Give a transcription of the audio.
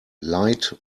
light